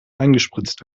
eingespritzt